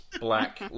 Black